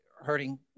hurting